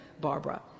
Barbara